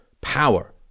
power